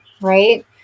right